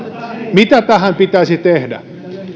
mitä tähän pitäisi tehdä